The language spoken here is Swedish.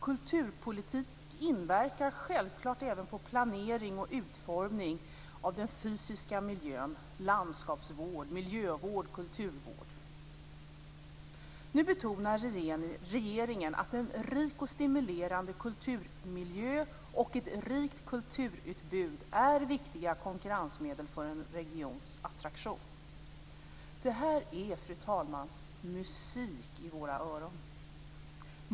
Kulturpolitik inverkar självfallet även på planering och utformning av den fysiska miljön, landskapsvård, miljövård och kulturvård. Nu betonar regeringen att en rik och stimulerande kulturmiljö och ett rikt kulturutbud är viktiga konkurrensmedel för en regions attraktion. Detta är, fru talman, musik i våra öron.